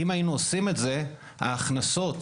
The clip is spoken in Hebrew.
לו היינו עושים זאת, ההכנסות